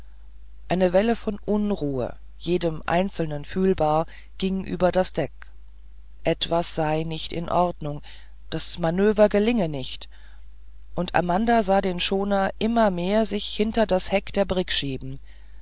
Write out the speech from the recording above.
eine welle von unruhe jedem einzelnen fühlbar ging über das deck etwas sei nicht in ordnung das manöver gelinge nicht und amanda sah den schoner immer mehr sich hinter das heck der brigg schieben